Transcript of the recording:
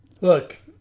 Look